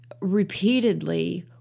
repeatedly